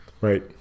right